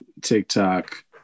TikTok